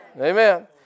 Amen